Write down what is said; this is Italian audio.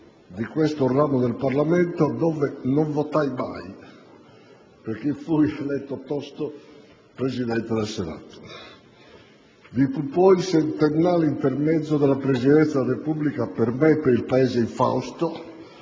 di questo ramo del Parlamento dove non votai mai, perché fui eletto tosto Presidente del Senato. Vi fu poi il settennale intermezzo della Presidenza della Repubblica, per me e per il Paese infausto